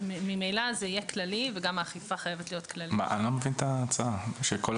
יהיה לנו זמן לאחר מכן להיפגש ולהכין את ההצעה לקריאה שנייה